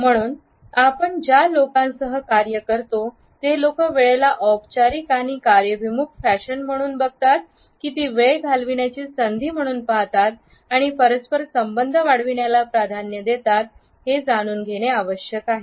म्हणून आपण ज्या लोकांसह कार्य करतो ते लोक वेळेला औपचारिक आणि कार्यभिमुख फॅशन म्हणून बघतात की ते वेळ घालविण्याची संधी म्हणून पाहतात आणि परस्पर संबंध वाढविण्याला प्राधान्य देतात हे जाणून घेणे आवश्यक आहे